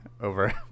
over